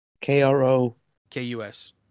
K-R-O-K-U-S